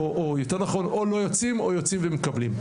או יותר נכון או לא יוצאים או יוצאים ומקבלים,